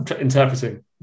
interpreting